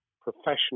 professional